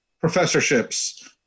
professorships